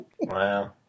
Wow